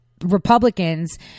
Republicans